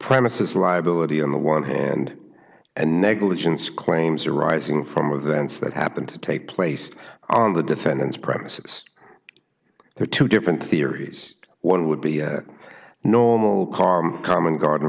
premises liability on the one hand and negligence claims arising from of the ants that happened to take place on the defendant's premises there are two different theories one would be a normal carm common garden